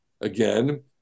again